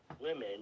women